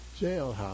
jailhouse